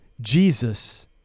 Jesus